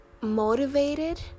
motivated